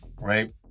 right